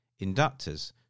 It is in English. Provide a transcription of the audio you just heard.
inductors